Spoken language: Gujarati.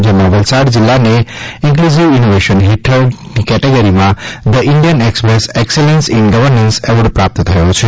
જેમાં વલસાડ જિલ્લાને ઇન્કલુઝીવ ઇનોવેશન કેટેગરી હેઠળ the Indian Express excellence in governance award પ્રાપ્ત થયો છે